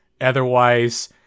otherwise